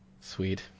Sweet